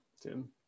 Tim